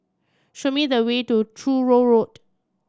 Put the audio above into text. show me the way to Truro Road